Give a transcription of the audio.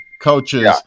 coaches